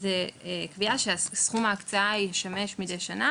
זה קביעה שסכום ההקצאה ישמש מדי שנה